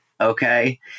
okay